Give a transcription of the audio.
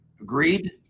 agreed